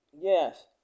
yes